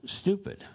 stupid